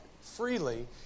freely